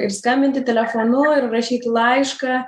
ir skambinti telefonu ir rašyti laišką